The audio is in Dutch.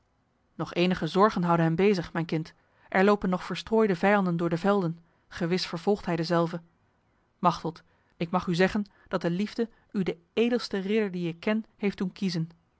nog enige zorgen houden hem bezig mijn kind er lopen nog verstrooide vijanden door de velden gewis vervolgt hij dezelve machteld ik mag u zeggen dat de liefde u de edelste ridder die ik ken heeft doen kiezen